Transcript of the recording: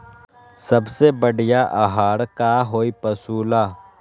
सबसे बढ़िया आहार का होई पशु ला?